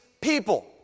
people